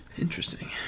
Interesting